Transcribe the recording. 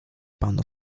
panu